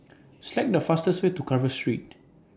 Select The fastest Way to Carver Street